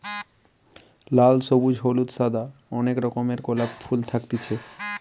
লাল, সবুজ, হলুদ, সাদা অনেক রকমের গোলাপ ফুল থাকতিছে